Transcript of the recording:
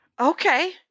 Okay